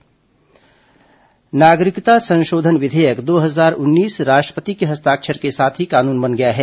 नागरिकता संशोधन विधेयक नागरिकता संशोधन विधेयक दो हजार उन्नीस राष्ट्रपति के हस्ताक्षर के साथ ही कानून बन गया है